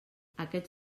aquests